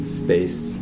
space